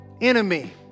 enemy